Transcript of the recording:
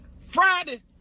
Friday